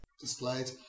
displayed